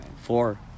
Four